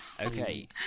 Okay